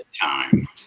time